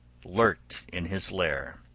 lurked in his lair.